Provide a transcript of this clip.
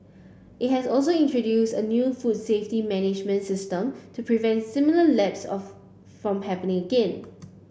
it has also introduced a new food safety management system to prevent similar lapses of from happening again